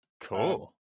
Cool